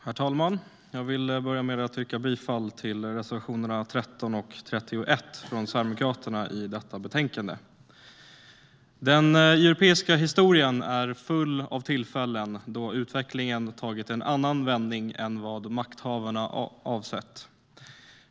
Herr talman! Jag vill börja med att yrka bifall till Sverigedemokraternas reservationer 13 och 31 i detta betänkande. Den europeiska historien är full av tillfällen då utvecklingen tagit en annan vändning än vad makthavarna avsett.